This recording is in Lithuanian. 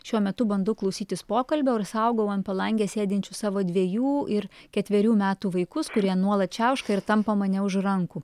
šiuo metu bandau klausytis pokalbio ir saugau ant palangės sėdinčius savo dvejų ir ketverių metų vaikus kurie nuolat čiauška ir tampo mane už rankų